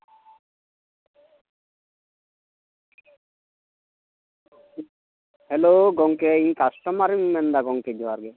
hello ᱜᱚᱢᱠᱮ ᱤᱧ ᱠᱟᱥᱴᱚᱢᱟᱨᱤᱧ ᱢᱮᱱᱫᱟ ᱜᱚᱢᱠᱮ ᱡᱚᱦᱟᱨ ᱜᱮ